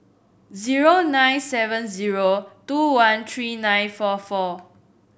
zero nine seven zero two one tree nine four four